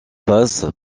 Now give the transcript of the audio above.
passent